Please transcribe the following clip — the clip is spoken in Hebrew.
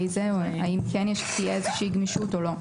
זה או האם כן תהיה איזושהי גמישות או לא?